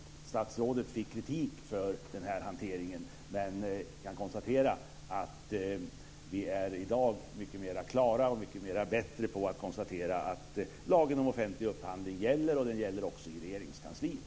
Statsrådet fick kritik för den här hanteringen. I dag är vi mycket mera klara över och mycket bättre på att konstatera att lagen om offentlig upphandling gäller, och gäller också i Regeringskansliet.